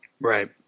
right